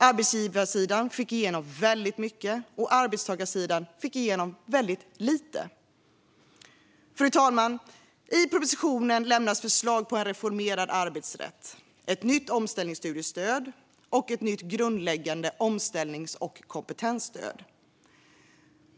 Arbetsgivarsidan fick igenom väldigt mycket medan arbetstagarsidan fick igenom väldigt lite. Fru talman! I propositionen lämnas förslag på en reformerad arbetsrätt, ett nytt omställningsstudiestöd och ett nytt grundläggande omställnings och kompetensstöd.